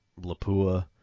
Lapua